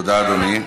תודה, אדוני.